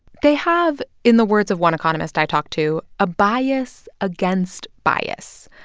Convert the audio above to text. they have, in the words of one economist i talked to, a bias against bias,